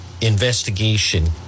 investigation